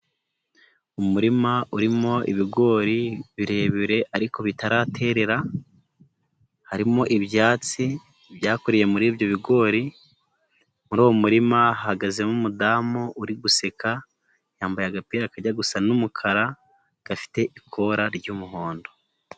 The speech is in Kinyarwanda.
Umurima urimo ibigori birebire ariko bitaraterera, harimo ibyatsi byakuriye muri ibyo bigori, muri uwo murima hagazemo umudamu uri guseka yambaye agapira kajya gusa n'umukara, gafite ikora ry'umuhondo.